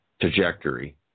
trajectory